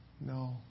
No